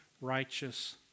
righteous